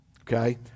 Okay